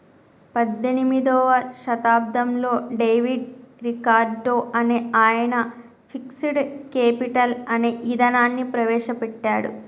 పద్దెనిమిదో శతాబ్దంలో David Ricardo అనే ఆయన ఫిక్స్డ్ కేపిటల్ అనే ఇదానాన్ని ప్రవేశ పెట్టాడు